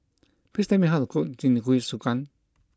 please tell me how to cook Jingisukan